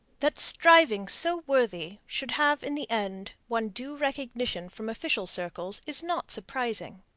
that strivings so worthy should have in the end won due recognition from official circles is not surprising.